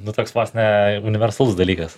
nu toks vos ne universalus dalykas